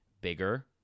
bigger